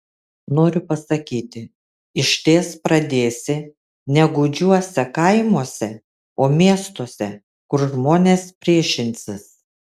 noriu pasakyti išties pradėsi ne gūdžiuose kaimuose o miestuose kur žmonės priešinsis